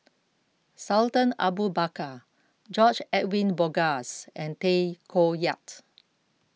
Sultan Abu Bakar George Edwin Bogaars and Tay Koh Yat